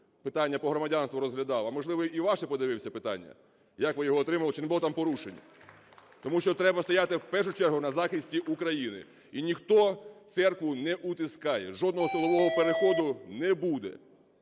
питання по громадянству розглядав, а можливо, і ваше подивився питання, як ви його отримали, чи не було там порушень. Тому що треба стояти в першу чергу на захисті України. І ніхто церкву не утискає, жодного силового переходу не буде.